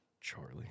Charlie